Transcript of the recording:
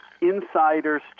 insiders